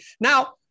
Now